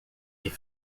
est